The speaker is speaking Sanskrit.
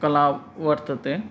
कला वर्तते